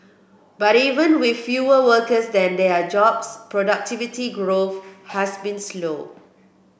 but even with fewer workers than there are jobs productivity growth has been slow